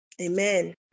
Amen